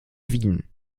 wien